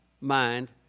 mind